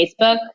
Facebook